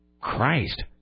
Christ